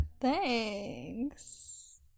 Thanks